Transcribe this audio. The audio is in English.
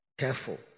careful